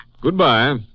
Goodbye